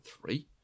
three